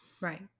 Right